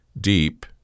deep